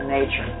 nature